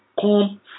come